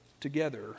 together